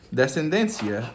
descendência